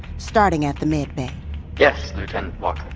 starting at the med bay yes, lieutenant walker.